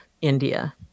India